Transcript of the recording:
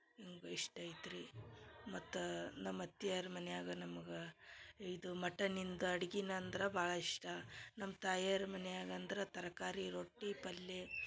ಹಿಂಗು ಇಷ್ಟ ಐತ ರೀ ಮತ್ತು ನಮ್ಮ ಅತ್ತಿಯರ ಮನ್ಯಾಗ ನಮ್ಗೆ ಇದು ಮಟನಿಂದ ಅಡ್ಗಿನ ಅಂದ್ರ ಭಾಳ ಇಷ್ಟ ನಮ್ಮ ತಾಯರು ಮನ್ಯಾಗ ಅಂದ್ರ ತರಕಾರಿ ರೊಟ್ಟಿ ಪಲ್ಯೆ